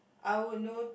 I would noti~